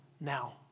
now